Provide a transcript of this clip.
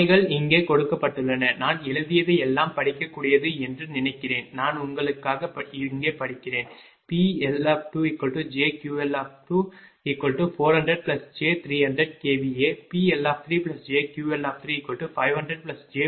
சுமைகள் இங்கே கொடுக்கப்பட்டுள்ளன நான் எழுதியது எல்லாம் படிக்கக்கூடியது என்று நினைக்கிறேன் நான் உங்களுக்காக இங்கே படிக்கிறேன் PL2jQL2400j300kVA PL3jQL3500j400kVA